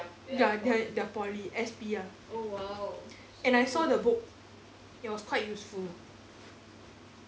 they are they are poly S_P ah and I saw the book it was quite useful